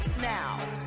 now